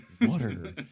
water